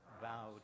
vowed